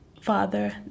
father